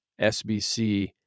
SBC